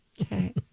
Okay